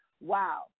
Wow